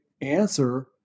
answer